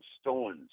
stones